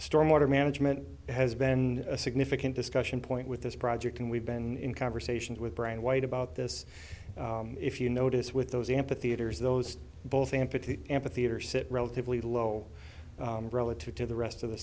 stormwater management has been a significant discussion point with this project and we've been in conversations with brian white about this if you notice with those amphitheaters those both empathy ampitheater sit relatively low relative to the rest